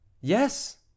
Yes